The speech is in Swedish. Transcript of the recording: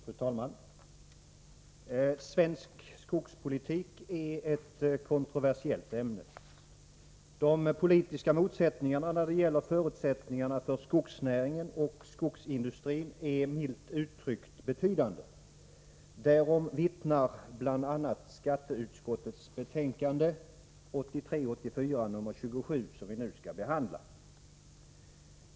Fru talman! Svensk skogspolitik är ett kontroversiellt ämne. De politiska motsättningarna när det gäller förutsättningarna för skogsnäringen och skogsindustrin är milt uttryckt betydande. Därom vittnar bl.a. skatteutskottets betänkande 1983/84:27, som vi nu behandlar.